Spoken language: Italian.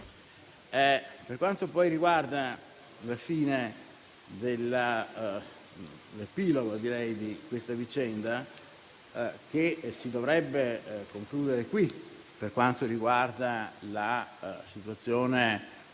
Per quanto riguarda l'epilogo di questa vicenda, che si dovrebbe concludere qui per quanto riguarda la situazione